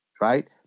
right